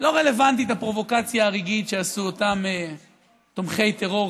לא רלוונטית הפרובוקציה הרגעית שעשו אותם תומכי טרור,